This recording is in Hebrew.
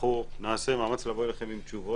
ואנחנו נעשה מאמץ לבוא אליכם עם תשובות.